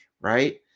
Right